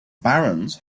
barons